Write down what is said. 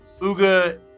Uga